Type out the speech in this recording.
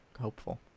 Hopeful